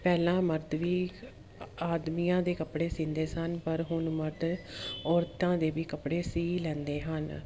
ਪਹਿਲਾਂ ਮਰਦ ਵੀ ਆਦਮੀਆਂ ਦੇ ਕੱਪੜੇ ਸੀਂਦੇ ਸਨ ਪਰ ਹੁਣ ਮਰਦ ਔਰਤਾਂ ਦੇ ਵੀ ਕੱਪੜੇ ਸੀਅ ਲੈਂਦੇ ਹਨ